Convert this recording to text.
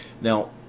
Now